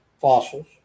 fossils